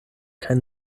kaj